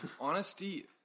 Honesty